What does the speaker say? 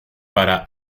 para